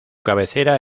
cabecera